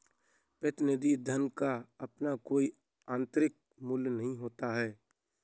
प्रतिनिधि धन का अपना कोई आतंरिक मूल्य नहीं होता है